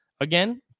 again